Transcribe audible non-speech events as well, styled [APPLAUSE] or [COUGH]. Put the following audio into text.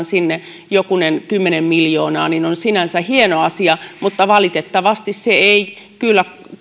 [UNINTELLIGIBLE] sinne jokunen kymmenen miljoonaa on sinänsä hieno asia mutta valitettavasti se ei kyllä